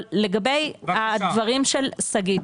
לגבי הדברים של שגית,